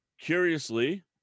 curiously